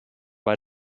bei